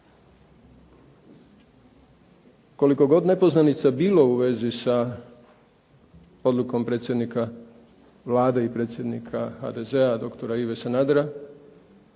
Koliko god nepoznanica bilo u vezi sa odlukom predsjednika Vlade i predsjednika HDZ-a, doktora Ive Sanadera,